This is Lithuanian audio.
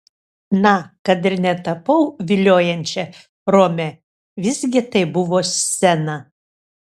na kad ir netapau viliojančia rome visgi tai buvo scena